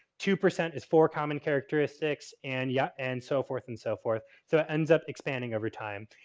two percent is four common characteristics, and yeah, and so forth and so forth. so, it ends up expanding over time.